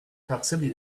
proximity